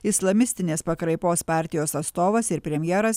islamistinės pakraipos partijos atstovas ir premjeras